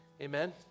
Amen